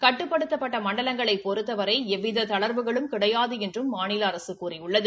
கட்டுப்படுத்தப்பட்ட மணடலங்களைப் பொறுத்தவரை எவ்வித தளா்வுகளும் கிடையாது என்றும் மாநில அரசு கூறியுள்ளது